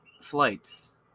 Flights